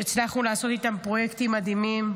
שהצלחנו לעשות איתם פרויקטים מדהימים,